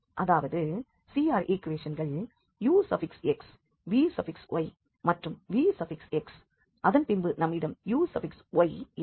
அதாவது CR ஈக்குவேஷன்கள் ux vy மற்றும் vx அதன் பின்பு நம்மிடம் uy இருக்கும்